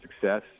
success